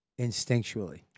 instinctually